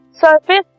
Surface